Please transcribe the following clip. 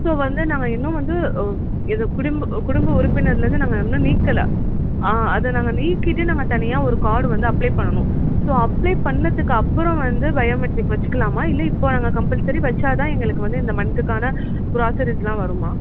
so வந்து நாங்கள் இன்னும் வந்து இது குடும்ப குடும்ப உறுப்பினர்லிருந்து நாங்கள் இன்னும் நீக்கலை ஆ அதை நாங்கள் நீக்கிவிட்டு நாங்கள் தனியாக ஒரு கார்டு வந்து அப்ளே பண்ணணும் ஸோ அப்ளே பண்ணதுக்கப்பறம் வந்து பயோமெட்ரிக் வச்சுக்கலாமா இல்லை இப்போது நாங்கள் கம்பல்சரி வச்சால் தான் எங்களுக்கு வந்து இந்த மந்த்துக்கான க்ராஸரீஸெலாம் வருமா